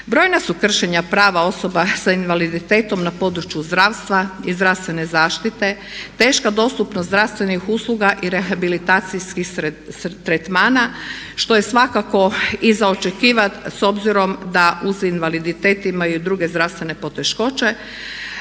Brojna su kršenja prava osoba sa invaliditetom na području zdravstva i zdravstvene zaštite. Teška dostupnost zdravstvenih usluga i rehabilitacijskih tretmana je svakako i za očekivati s obzirom da uz invaliditet imaju i druge zdravstvene poteškoće.